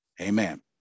amen